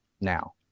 now